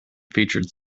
featured